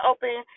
Open